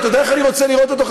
אתה יודע איך אני רוצה לראות אותו,